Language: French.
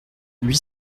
huit